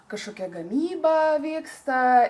kažkokia gamyba vyksta